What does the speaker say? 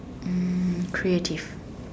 um creative